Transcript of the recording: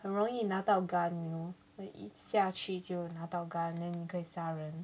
很容易拿到 gun you know 一下去就拿到 gun then 你可以杀人